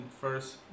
first